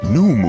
New